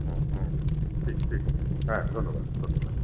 হুম হুম ঠিক ঠিক হ্যাঁ ধন্যবাদ ধন্যবাদ